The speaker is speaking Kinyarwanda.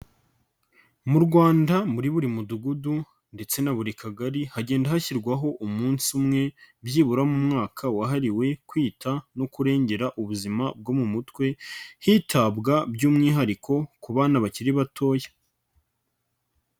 Mu rwanda muri buri mudugudu ndetse na buri kagari, hagenda hashyirwaho umunsi umwe byibura mu mwaka wahariwe kwita no kurengera ubuzima bwo mu mutwe, hitabwa by'umwihariko ku bana bakiri batoya.